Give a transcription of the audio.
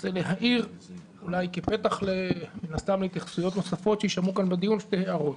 רוצה להעיר אולי כפתח להתייחסויות נוספות שיישמעו כאן בדיון שתי הערות.